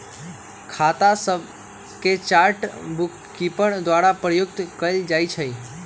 खता सभके chart bookkeeper द्वारा प्रयुक्त कएल जाइ छइ